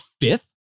fifth